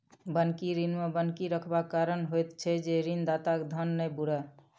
बन्हकी ऋण मे बन्हकी रखबाक कारण होइत छै जे ऋणदाताक धन नै बूड़य